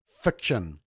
FICTION